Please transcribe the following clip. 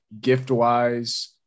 gift-wise